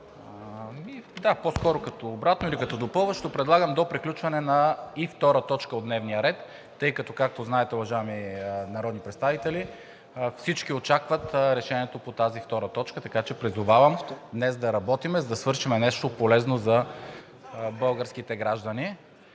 По-скоро като обратно или като допълващо предлагам до приключване и на втора точка от дневния ред, тъй както знаете, уважаеми народни представители, всички очакват решението по тази втора точка, така че призовавам днес да работим, за да свършим нещо полезно за българските граждани.